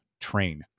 train